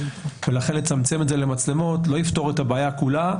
ולכן לצמצם את זה למצלמות לא יפתור את הבעיה כולה,